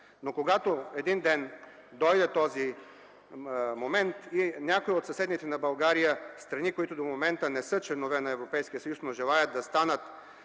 но когато един ден този момент дойде и някоя от съседните на България страни, които в момента не са членове на Европейския съюз, но желаят да станат,